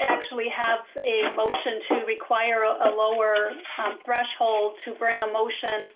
actually have a motion to require ah a lower threshold to bring a motion